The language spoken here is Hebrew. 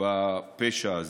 בפשע הזה.